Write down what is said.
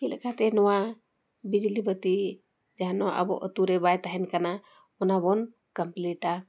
ᱪᱮᱫ ᱞᱮᱠᱟᱛᱮ ᱱᱚᱣᱟ ᱵᱤᱡᱽᱞᱤ ᱵᱟᱹᱛᱤ ᱡᱟᱦᱟᱸ ᱱᱚᱣᱟ ᱟᱵᱚ ᱟᱛᱳ ᱨᱮ ᱵᱟᱭ ᱛᱟᱦᱮᱱ ᱠᱟᱱᱟ ᱚᱱᱟ ᱵᱚᱱ ᱠᱟᱢᱯᱞᱤᱴᱟ